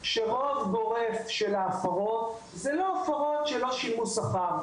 שרוב גורף של ההפרות זה לא הפרות שלא שילמו שכר.